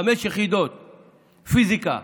חמש יחידות פיזיקה,